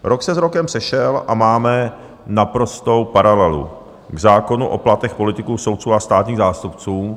Rok se s rokem sešel a máme naprostou paralelu k zákonu o platech politiků, soudců a státních zástupců.